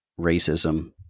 racism